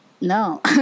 no